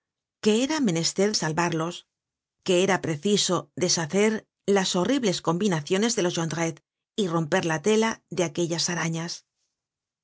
que era menester salvarlos que i content from google book search generated at era preciso deshacer las horribles combinaciones de los jondretle y romper la tela de aquellas arañas